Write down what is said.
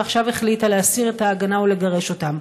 ועכשיו החליטה להסיר את ההגנה ולגרש אותם.